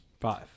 Five